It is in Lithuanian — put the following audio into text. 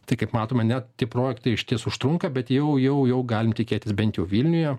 tai kaip matome net tiek projektai išties užtrunka bet jau jau jau galime tikėtis bent jau vilniuje